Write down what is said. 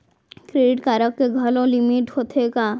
Credit card के घलव limit होथे का?